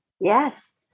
Yes